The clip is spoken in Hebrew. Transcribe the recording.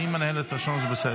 אני מנהל את השעון, זה בסדר.